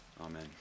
Amen